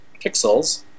pixels